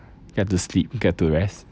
get to sleep get to rest